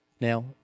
now